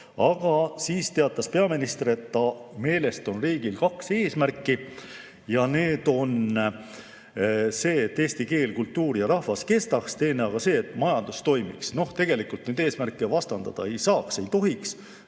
Aga siis teatas peaminister, et ta meelest on riigil kaks eesmärki. Ja need on see, et eesti keel, kultuur ja rahvas kestaks, teine aga see, et majandus toimiks. Tegelikult neid eesmärke vastandada ei tohiks,